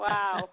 Wow